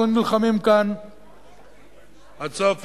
אנחנו נלחמים כאן עד הסוף,